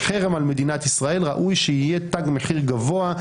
לחרם על מדינת ישראל ראוי שיהיה תג מחיר גבוה.